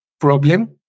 problem